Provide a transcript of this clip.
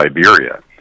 Siberia